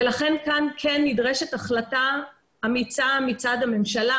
לכן כאן כן נדרשת החלטה אמיצה מצד הממשלה,